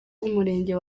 w’umurenge